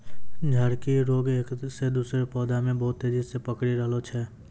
झड़की रोग एक से दुसरो पौधा मे बहुत तेजी से पकड़ी रहलो छै